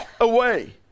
away